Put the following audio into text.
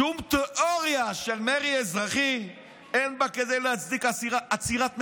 "שום תיאוריה של מרי אזרחי אין בה כדי להצדיק עצירת מדינה".